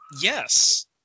Yes